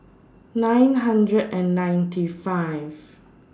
nine hundred and ninety five